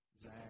Zach